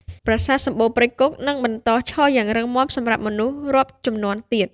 ប្រាសាទសំបូរព្រៃគុក នឹងបន្តឈរយ៉ាងរឹងមាំសម្រាប់មនុស្សរាប់ជំនាន់ទៀត។